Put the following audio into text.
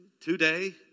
today